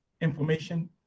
information